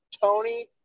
Tony